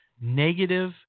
negative